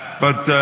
but,